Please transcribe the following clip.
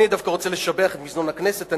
אני דווקא רוצה לשבח את מזנון הכנסת,